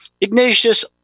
Ignatius